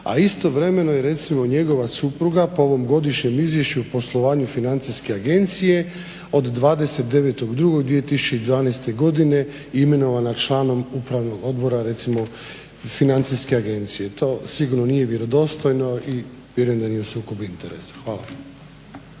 a istovremeno je recimo njegova supruga po ovom Godišnjem izvješću o poslovanju Financijske agencije od 29.2.2012 godine imenovana članom Upravnog odbora recimo Financijske agencije. To sigurno nije vjerodostojno i vjerujem da nije u sukobu interesa. Hvala.